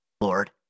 Lord